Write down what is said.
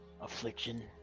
affliction